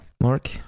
Mark